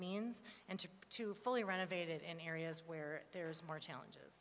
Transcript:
means and to to fully renovated in areas where there's more challenges